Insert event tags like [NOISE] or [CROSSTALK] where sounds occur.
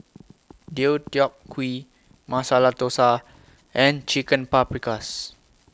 [NOISE] Deodeok Gui Masala Dosa and Chicken Paprikas